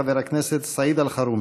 חבר הכנסת סעיד אלחרומי.